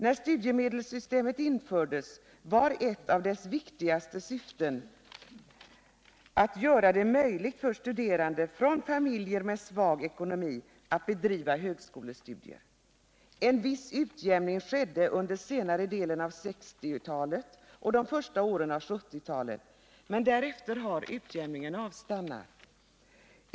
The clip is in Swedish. När studiemedelssystemet infördes var ett av dess viktigaste syften att göra det möjligt för studerande från familjer med svag ekonomi att bedriva högskolestudier. En viss utjämning skedde under senare delen av 1960-talet och de första åren av 1970-talet, men därefter har utjämningen avstannat.